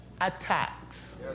attacks